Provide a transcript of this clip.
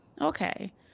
okay